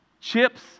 chips